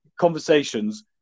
conversations